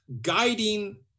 guiding